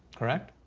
correct?